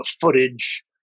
footage